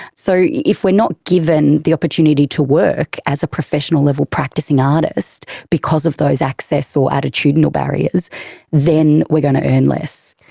so if we're not given the opportunity to work as a professional level practicing artist because of those access or attitudinal barriers then we're gonna earn less.